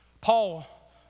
Paul